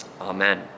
amen